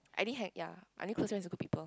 I only had ya I only close friends with good people